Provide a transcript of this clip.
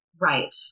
Right